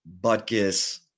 butkus